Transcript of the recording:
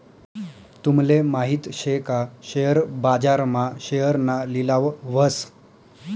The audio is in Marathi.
तूमले माहित शे का शेअर बाजार मा शेअरना लिलाव व्हस